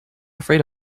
afraid